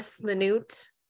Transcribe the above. minute